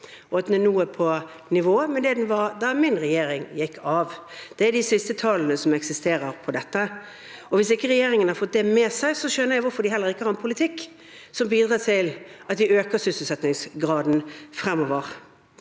og at den nå er på nivå med det den var da min regjering gikk av. Det er de siste tallene som eksisterer på dette. Hvis regjeringen ikke har fått det med seg, skjønner jeg hvorfor de heller ikke har en politikk som bidrar til å øke sysselsettingsgraden fremover.